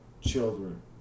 children